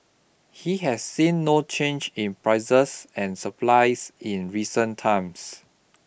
he has seen no change in prices and supplies in recent times